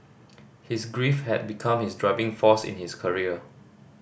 his grief had become his driving force in his career